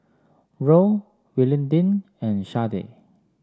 Roll Willodean and Sharday